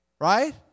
right